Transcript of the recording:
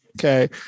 Okay